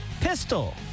Pistol